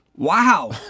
Wow